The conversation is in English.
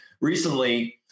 recently